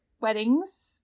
weddings